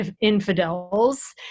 infidels